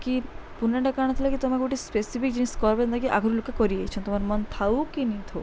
କି ପୁର୍ନାଟା କାଣା ଥିଲା କି ତମେ ଗୁଟେ ସ୍ପେସିଫିକ୍ ଜିନିଷ୍ କର୍ବ ଜେନ୍ଟାକି ଆଗ୍ରୁ ଲୋକେ କରିଆଇଛନ୍ ତମର୍ ମନ୍ ଥାଉ କି ନେଇଥାଉ